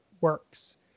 works